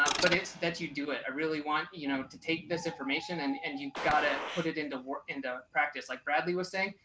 ah but it's that you do it i really want you know to take this information and and you've got to put it into work into practice like bradley was saying,